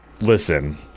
Listen